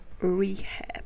rehab